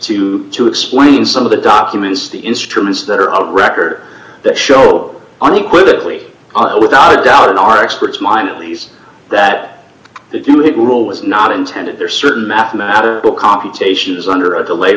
to to explain some of the documents the instruments that are out record that show unequivocally without a doubt in our experts mind at least that they did it rule was not intended there are certain mathematical computations under a delay